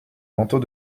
manteau